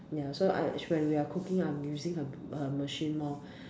ya so I when we're cooking I'm using her her machine more